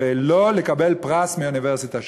ולא לקבל פרס מאוניברסיטה שכזאת.